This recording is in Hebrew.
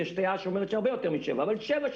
ויש דעה שאומרת שזה הרבה יותר משבע שנים.